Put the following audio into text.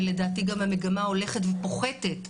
ולדעתי גם המגמה הולכת ופוחתת.